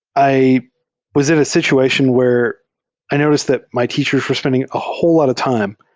i was in a situation where i noticed that my teachers were spending a whole lot of time